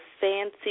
fancy